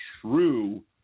true